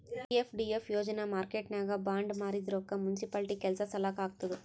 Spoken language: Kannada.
ಪಿ.ಎಫ್.ಡಿ.ಎಫ್ ಯೋಜನಾ ಮಾರ್ಕೆಟ್ನಾಗ್ ಬಾಂಡ್ ಮಾರಿದ್ ರೊಕ್ಕಾ ಮುನ್ಸಿಪಾಲಿಟಿ ಕೆಲ್ಸಾ ಸಲಾಕ್ ಹಾಕ್ತುದ್